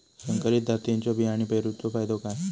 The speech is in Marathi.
संकरित जातींच्यो बियाणी पेरूचो फायदो काय?